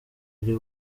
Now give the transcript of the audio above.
ari